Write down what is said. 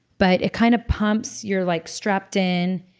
but it kind of pumps. you're like strapped in,